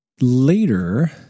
later